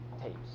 tapes